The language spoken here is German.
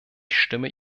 stimme